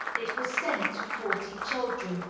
it was sent to forty children,